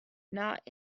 not